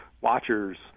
watchers